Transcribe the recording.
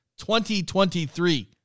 2023